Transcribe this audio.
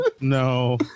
No